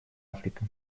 африка